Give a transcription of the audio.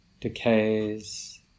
decays